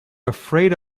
afraid